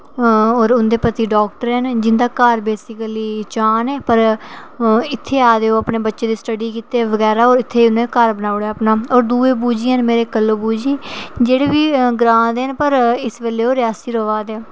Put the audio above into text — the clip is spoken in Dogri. होर उंदे पति डॉक्टर हैन ते जिं'दा घर बेसीकली चान ऐ पर इत्थें आए दे न ओह् अपने बच्चें दी स्टडी गितै बगैरा होर इत्थै घर बनाई ओड़ेआ अपना होर दूई बूजी आं न मेरी कल्लो बूजी जेह्ड़ी बी ग्रांऽ दे न पर ओह् रियासी र'वा दे न